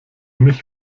mich